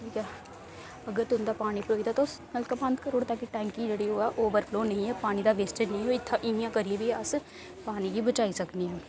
ते अगर तुं'दा पानी भरोई गेदा ते तुस नलका बंद करी ओड़ो ता कि टैंकी जेह्ड़ी ऐ ओह् ओवरफ्लो नेईं होऐ पानी दा जेह्ड़ा वेस्टेज़ ऐ ओह् इ'यां करियै बी अस पानी गी बचाई सकने आं